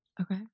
Okay